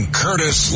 curtis